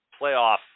playoff